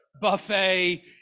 buffet